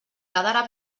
quedara